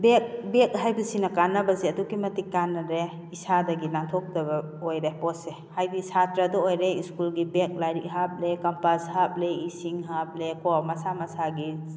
bag bag ꯍꯥꯏꯕꯁꯤꯅ ꯀꯥꯟꯅꯕꯁꯦ ꯑꯗꯨꯛꯀꯤ ꯃꯇꯤꯛ ꯀꯥꯟꯅꯔꯦ ꯏꯁꯥꯗꯒꯤ ꯅꯥꯟꯊꯣꯛꯇꯕ ꯑꯣꯏꯔꯦ ꯄꯣꯠꯁꯦ ꯍꯥꯏꯗꯤ ꯁꯥꯇ꯭ꯔꯗ ꯑꯣꯏꯔꯦ ꯁ꯭ꯀꯨꯜꯒꯤ ꯕꯦꯒ ꯂꯥꯏꯔꯤꯛ ꯍꯥꯞꯂꯦ ꯀꯝꯄꯥꯁ ꯍꯥꯞꯂꯦ ꯏꯁꯤꯡ ꯍꯥꯞꯂꯦ ꯀꯣ ꯃꯁꯥ ꯃꯁꯥꯒꯤ